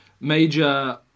Major